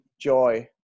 joy